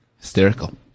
Hysterical